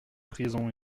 prison